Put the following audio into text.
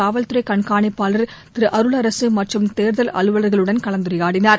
காவல்துறைக் கண்காணிப்பாளர் திரு அருளரசு மற்றும் தேர்தல் அலுவலர்களுடன் கலந்துரையாடினார்